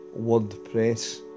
WordPress